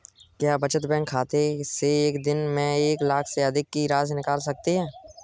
क्या बचत बैंक खाते से एक दिन में एक लाख से अधिक की राशि निकाल सकते हैं?